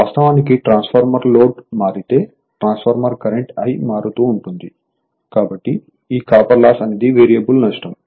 కాబట్టి వాస్తవానికి ట్రాన్స్ఫార్మర్ లో లోడ్ మారితే ట్రాన్స్ఫార్మర్ కరెంట్ I మారుతూ ఉంటుంది కాబట్టి ఈ కాపర్ లాస్ అనేది వేరియబుల్ నష్టం